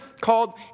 called